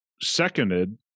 seconded